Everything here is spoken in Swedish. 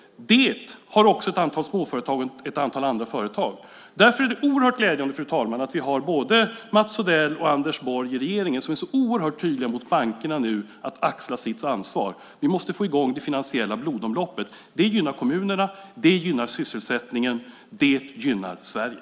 Det har också ett antal småföretagare och ett antal andra företag. Därför är det oerhört glädjande, fru talman, att vi har både Mats Odell och Anders Borg i regeringen som är så oerhört tydliga mot bankerna att de ska axla sitt ansvar. Vi måste få i gång det finansiella blodomloppet. Det gynnar kommunerna. Det gynnar sysselsättningen. Det gynnar Sverige.